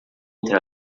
entre